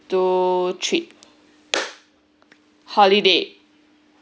two trip holiday